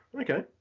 Okay